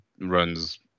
runs